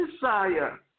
desire